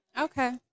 Okay